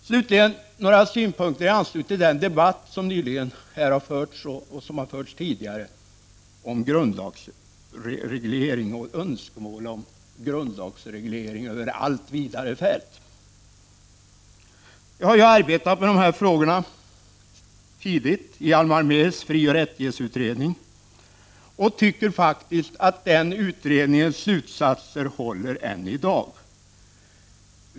Slutligen några synpunkter i anslutning till den debatt som här nyligen har förts och som har förts tidigare om önskemålen om grundlagsreglering över allt vidare fält. Jag har tidigt arbetat med de här frågorna i Hjalmar Mehrs frioch rättighetsutredning och tycker faktiskt att den utredningens slutsatser håller än i dag.